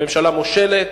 הממשלה מושלת,